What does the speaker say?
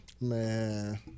Man